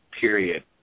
Period